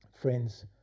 Friends